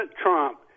Trump